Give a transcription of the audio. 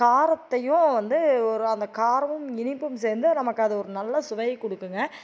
காரத்தையும் வந்து ஒரு அந்த காரமும் இனிப்பும் சேர்ந்து நமக்கு அது ஒரு நல்ல சுவையை கொடுக்குங்க